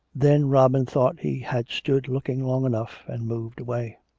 then robin thought he had stood looking long enough, and moved away.